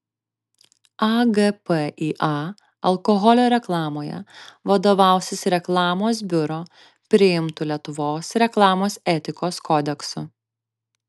agpįa alkoholio reklamoje vadovausis reklamos biuro priimtu lietuvos reklamos etikos kodeksu